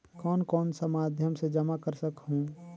कौन कौन सा माध्यम से जमा कर सखहू?